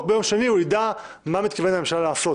ביום שני הוא ידע מה מתכוונת הממשלה לעשות,